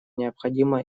необходимо